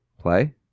Play